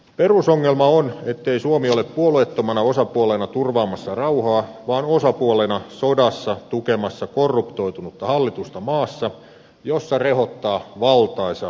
perusongelma on ettei suomi ole puolueettomana osapuolena turvaamassa rauhaa vaan osapuolena sodassa tukemassa korruptoitunutta hallitusta maassa jossa rehottaa valtaisa huumebisnes